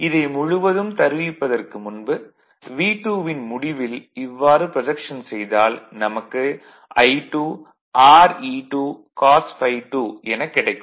இதை முழுவதும் தருவிப்பதற்கு முன்பு V2 வின் முடிவில் இவ்வாறு ப்ரொஜக்ஷன் செய்தால் நமக்கு I2 Re2 cos ∅2 எனக் கிடைக்கும்